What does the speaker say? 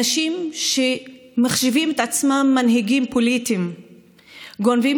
אנשים שמחשיבים את עצמם מנהיגים פוליטיים גונבים